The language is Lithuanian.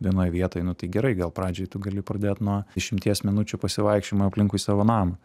vienoj vietoj nu tai gerai gal pradžioj tu gali pradėt nuo dešimties minučių pasivaikščiojimo aplinkui savo namą